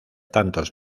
tantos